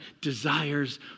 desires